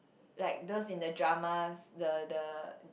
like those in the dramas the the